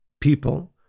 people